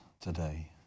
today